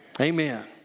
Amen